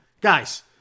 guys